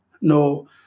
no